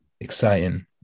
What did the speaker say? exciting